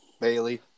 Bailey